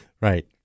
Right